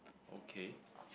okay